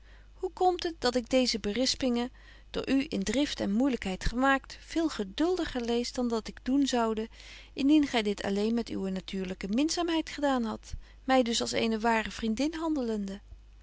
hoe komt het dat ik deeze berispingen door u in drift en moeilykheid gemaakt veel geduldiger lees dan ik doen zoude indien gy dit alleen met uwe natuurlyke minzaamheid gedaan hadt my dus als eene ware vriendin handelende